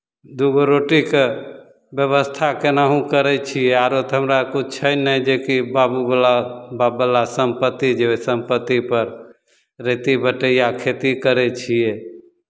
दू गो रोटीके व्यवस्था केनाहुँ करै छियै आरो तऽ हमरा किछु छै नहि जेकि बाबूवला बापवला सम्पत्ति जे ओहि सम्पत्तिपर रहिती बटैआ खेती करै छियै